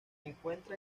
encuentra